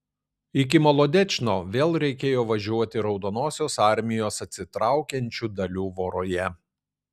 iki molodečno vėl reikėjo važiuoti raudonosios armijos atsitraukiančių dalių voroje